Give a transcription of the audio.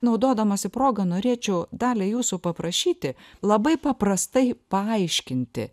naudodamasi proga norėčiau dalia jūsų paprašyti labai paprastai paaiškinti